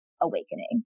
awakening